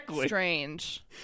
strange